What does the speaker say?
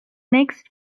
next